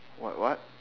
what what